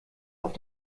auf